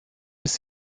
ist